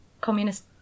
communist